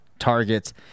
targets